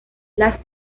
las